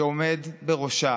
שעומד בראשה